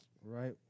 Right